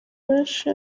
benshi